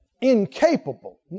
Incapable